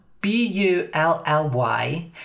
B-U-L-L-Y